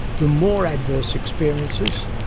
the more adverse experiences,